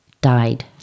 died